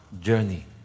journey